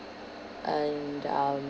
and um